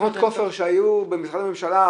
תוכנות הכופר שהיו במשרדי הממשלה,